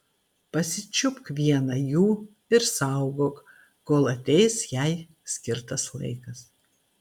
pasičiupk vieną jų ir saugok kol ateis jai skirtas laikas